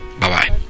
Bye-bye